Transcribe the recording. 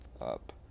up